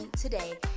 today